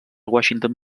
washington